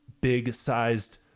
big-sized